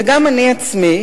וגם אני עצמי,